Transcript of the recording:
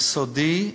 יסודי: